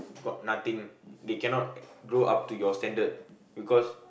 got nothing they cannot go up to your standard because